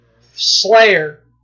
Slayer